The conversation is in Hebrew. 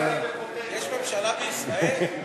יש הרבה שרים בפוטנציה.